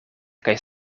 kaj